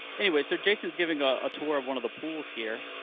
anyway, so jason's giving a tour of one of the pools here.